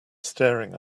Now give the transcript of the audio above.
staring